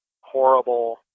horrible